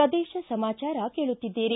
ಪ್ರದೇಶ ಸಮಾಚಾರ ಕೇಳುತ್ತಿದ್ದೀರಿ